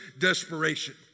desperation